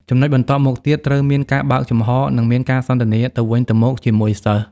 ចំណុចបន្ទាប់មកទៀតគ្រូមានការបើកចំហរ និងមានការសន្ទនាទៅវិញទៅមកជាមួយសិស្ស។